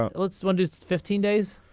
um let's one just fifteen days.